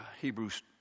Hebrews